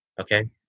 Okay